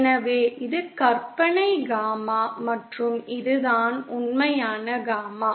எனவே இது கற்பனை காமா மற்றும் இதுதான் உண்மையான காமா